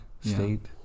State